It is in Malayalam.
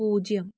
പൂജ്യം